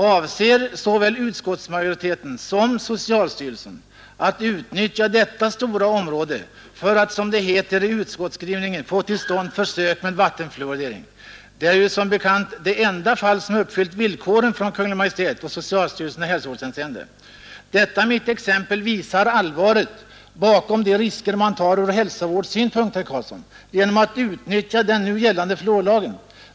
Avser såväl utskottsmajoriteten som socialstyrelsen att utnyttja detta stora område för att, som det heter i utskottsskrivningen, få till stånd försök med vattenfluoridering? Det är som bekant det enda fall som uppfyllt villkoren från Kungl. Maj:t och socialstyrelsen i hälsovårdshänseende. Detta mitt exempel visar allvaret bakom de risker man tar från hälsovårdssynpunkt, herr Karlsson, genom att utnyttja den nu gällande fluorlagen.